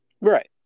Right